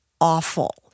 awful